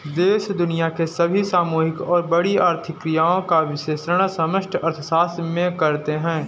देश दुनिया की सभी सामूहिक और बड़ी आर्थिक क्रियाओं का विश्लेषण समष्टि अर्थशास्त्र में करते हैं